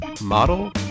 Model